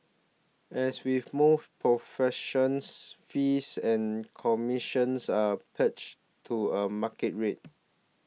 as with most professions fees and commissions are pegged to a market rate